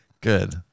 Good